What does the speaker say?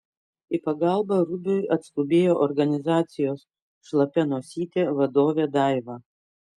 į pagalbą rubiui atskubėjo organizacijos šlapia nosytė vadovė daiva